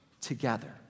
together